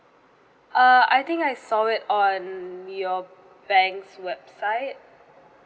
uh I think I saw it on your bank's website